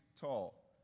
tall